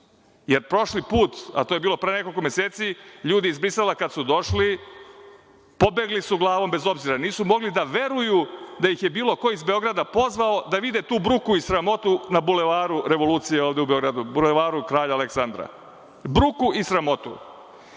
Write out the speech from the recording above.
Jer, prošli put, a to je bilo pre nekoliko meseci, ljudi iz Brisela kad su došli, pobegli su glavom bez obzira. Nisu mogli da veruju da ih je bilo ko iz Beograda pozvao da vide tu bruku i sramotu na Bulevaru revolucije ovde u Beogradu, Bulevaru Kralja Aleksandra, bruku i sramotu. Samo